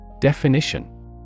definition